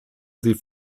sie